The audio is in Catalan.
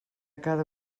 cada